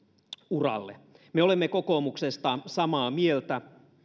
uralle me olemme kokoomuksessa samaa mieltä